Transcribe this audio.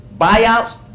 Buyouts